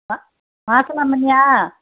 மாசிலாமணியா